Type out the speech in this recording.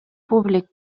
públic